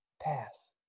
Pass